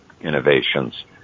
innovations